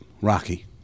Rocky